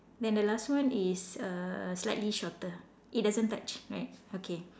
then the last one is err slightly shorter it doesn't touch right okay